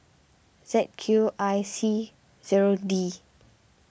Z Q I C zero D